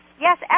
Yes